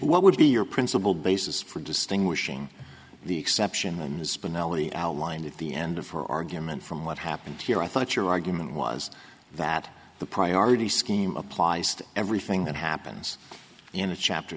what would be your principal basis for distinguishing the exception spinelli outlined at the end of her argument from what happened here i thought your argument was that the priority scheme applies to everything that happens in a chapter